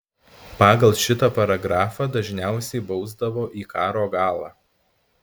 pagal šitą paragrafą dažniausiai bausdavo į karo galą